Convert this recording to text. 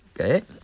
okay